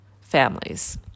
families